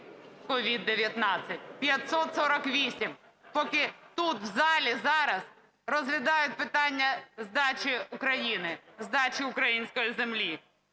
COVID-19. 548, поки тут, в залі, зараз розглядають питання здачі України, здачі української землі.